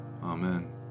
Amen